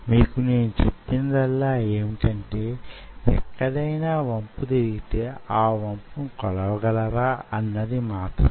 మీకు నేను చెప్పినదల్లా యేమంటే ఎక్కడైనా వంపు తిరిగితే ఆ వంపును కొలవగలరా అన్నది మాత్రమే